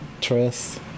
trust